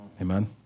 Amen